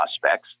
prospects